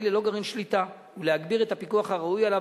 ללא גרעין שליטה ולהגביר את הפיקוח הראוי עליו,